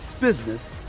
business